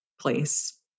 place